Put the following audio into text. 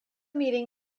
meeting